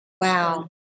Wow